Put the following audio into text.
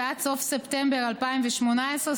ועד סוף ספטמבר 2018,